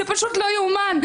זה פשוט לא ייאמן.